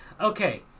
okay